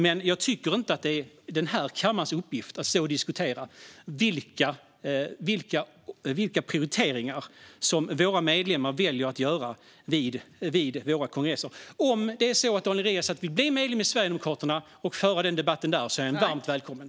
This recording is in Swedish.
Men jag tycker inte att det är den här kammarens uppgift att diskutera vilka prioriteringar våra medlemmar väljer att göra vid våra kongresser. Om Daniel Riazat vill bli medlem i Sverigedemokraterna och föra den debatten där är han varmt välkommen.